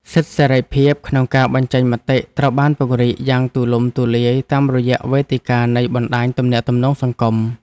សិទ្ធិសេរីភាពក្នុងការបញ្ចេញមតិត្រូវបានពង្រីកយ៉ាងទូលំទូលាយតាមរយៈវេទិកានៃបណ្តាញទំនាក់ទំនងសង្គម។